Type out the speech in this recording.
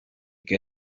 que